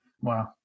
Wow